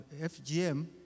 FGM